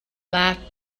laughed